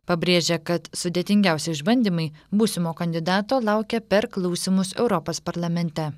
pabrėžė kad sudėtingiausi išbandymai būsimo kandidato laukia per klausymus europos parlamente